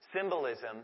symbolism